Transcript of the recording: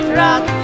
rock